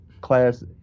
class